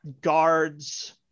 guards